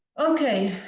okay.